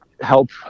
help